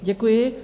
Děkuji.